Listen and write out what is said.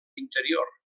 interior